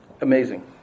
amazing